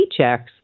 paychecks